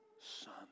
son